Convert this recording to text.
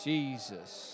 Jesus